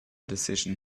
decision